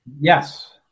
Yes